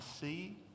see